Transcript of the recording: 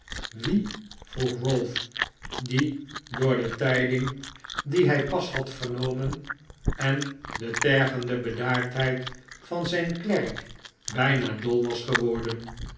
wie vroeg ralph die door de tijding die hij pas had vernomen en de tergende bedaardheid van zijn klerk bijna dol was geworden